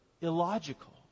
illogical